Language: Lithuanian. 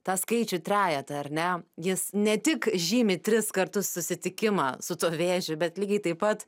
tą skaičių trejetą ar ne jis ne tik žymi tris kartus susitikimą su vėžiu bet lygiai taip pat